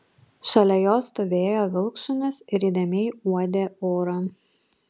šalia jo stovėjo vilkšunis ir įdėmiai uodė orą